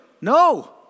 No